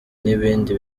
n’ibindi